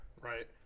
right